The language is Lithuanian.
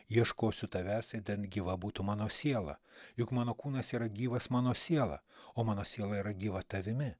ieškosiu tavęs idant gyva būtų mano siela juk mano kūnas yra gyvas mano siela o mano siela yra gyva tavimi